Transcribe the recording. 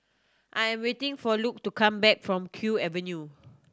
I am waiting for Luke to come back from Kew Avenue